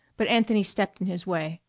but anthony stepped in his way.